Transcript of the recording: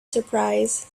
surprise